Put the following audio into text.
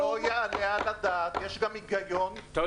-- לא יעלה על הדעת יש גם היגיון -- לא,